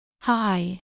Hi